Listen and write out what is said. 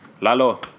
Lalo